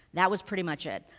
that was pretty much it.